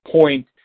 point